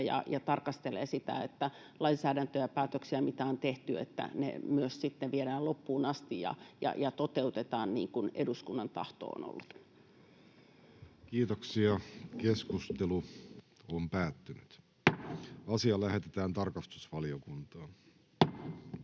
ja tarkastelee sitä, että lainsäädäntö ja päätökset, mitä on tehty, myös sitten viedään loppuun asti ja toteutetaan niin kuin eduskunnan tahto on ollut. Kiitos kaikille hyvästä keskustelusta!